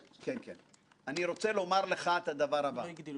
אין דבר שלא אמרו לי עליו "לא תצליח,